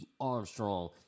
Armstrong